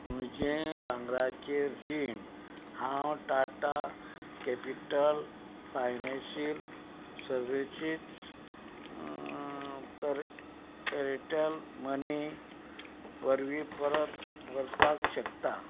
म्हजें भांगराचेर रीण हांव टाटा कॅपिटल फायनान्शियल सर्विसेसत ऍरटॅल मनी वरवीं परत भरपाक शकता